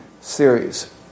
series